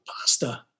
pasta